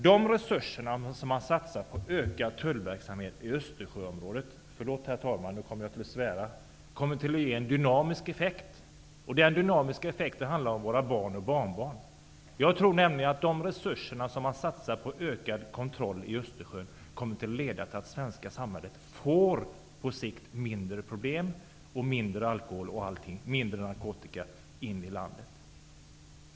De resurser som satsas på en tullverksamhet i Östersjöområdet -- förlåt, herr talman, men nu kommer jag att svära -- kommr att ge dynamiska effekter för våra barn och barnbarn. Jag tror nämligen att de resurser som satsas på en ökad kontroll i Östersjön kommer att leda till att det svenska samhället får på sikt mindre problem genom att mindre mängder alkohol och narkotika förs in i landet.